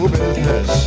business